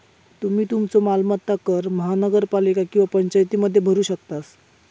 तुम्ही तुमचो मालमत्ता कर महानगरपालिका किंवा पंचायतीमध्ये भरू शकतास